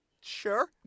sure